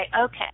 okay